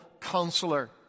counselor